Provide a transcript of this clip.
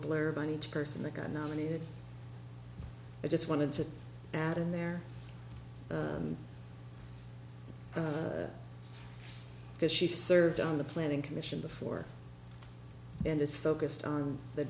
blurb on each person that got nominated i just wanted to add in there because she served on the planning commission before and is focused on the